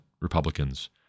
Republicans